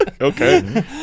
okay